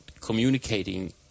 communicating